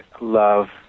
love